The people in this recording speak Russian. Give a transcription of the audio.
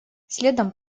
следом